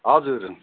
हजुर